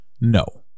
No